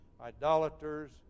idolaters